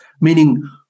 meaning